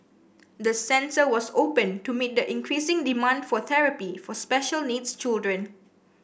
the centre was opened to meet the increasing demand for therapy for special needs children